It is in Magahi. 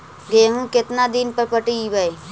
गेहूं केतना दिन पर पटइबै?